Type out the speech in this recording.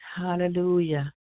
Hallelujah